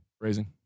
Raising